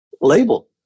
label